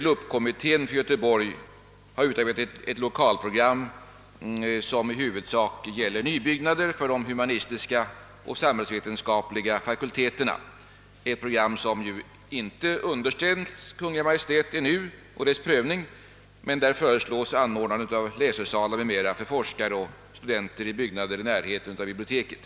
LUP-kommittén har för Göteborg utarbetat ett lokalprogram som i huvudsak gäller nybyggnader för de huma nistiska och samhällsvetenskapliga fakulteterna. Detta program har ännu inte underställts Kungl. Maj:t för prövning. I programmet föreslås anordnande av läsesalar m.m. för forskare och studenter i byggnader i närheten av biblioteket.